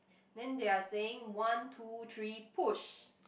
then they are saying one two three push